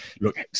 look